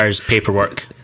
paperwork